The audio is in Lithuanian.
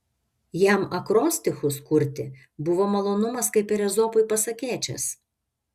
jam akrostichus kurti buvo malonumas kaip ir ezopui pasakėčias